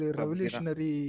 revolutionary